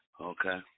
Okay